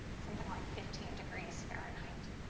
something like fifteen degrees fahrenheit.